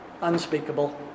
unspeakable